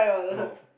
no